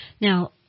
Now